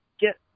get